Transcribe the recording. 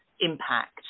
impact